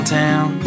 town